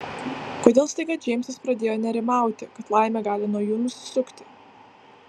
kodėl staiga džeimsas pradėjo nerimauti kad laimė gali nuo jų nusisukti